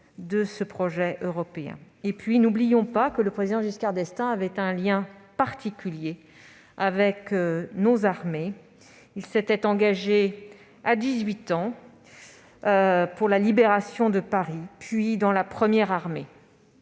en est le socle. N'oublions pas que le président Giscard d'Estaing avait un lien particulier avec nos armées. Il s'était engagé à dix-huit ans pour la libération de Paris, puis dans la Première armée.